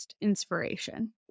inspiration